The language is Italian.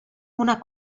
una